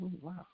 Wow